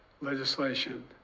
Legislation